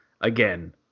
again